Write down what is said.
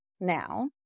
Now